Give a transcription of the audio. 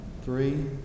three